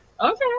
okay